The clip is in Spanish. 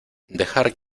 dejar